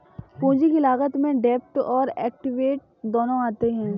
पूंजी की लागत में डेब्ट और एक्विट दोनों आते हैं